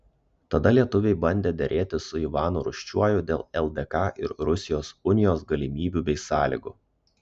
tada lietuviai bandė derėtis su ivanu rūsčiuoju dėl ldk ir rusijos unijos galimybių bei sąlygų